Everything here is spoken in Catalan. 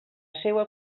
seua